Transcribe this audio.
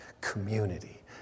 community